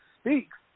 speaks